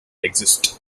exist